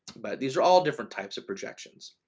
but these are all different types of projections.